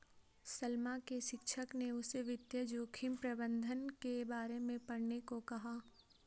सलमा के शिक्षक ने उसे वित्तीय जोखिम प्रबंधन के बारे में पढ़ने को कहा